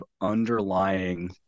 underlying